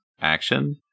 action